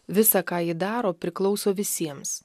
visa ką ji daro priklauso visiems